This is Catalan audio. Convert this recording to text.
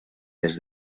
des